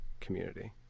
community